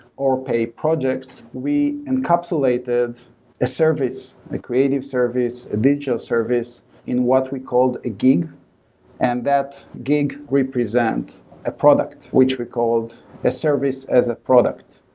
or pay projects. we encapsulated a service, a creative service, digital service in what we called a gig and that gig represent a product, which were called a service as a product,